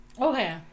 okay